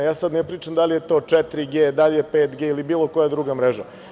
Ja sad ne pričam da li je to 4G, da li je 5G ili bilo koja druga mreža.